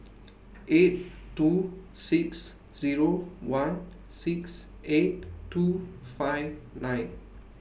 eight two six Zero one six eight two five nine